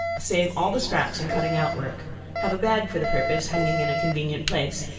save all the scraps in cutting out work have a bag for the purpose hanging in a convenient place,